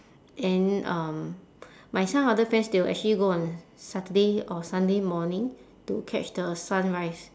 and um my some other friends they will actually go on saturday or sunday morning to catch the sunrise